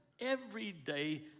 everyday